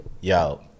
yo